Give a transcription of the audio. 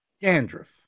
dandruff